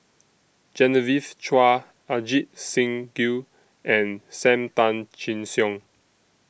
Genevieve Chua Ajit Singh Gill and SAM Tan Chin Siong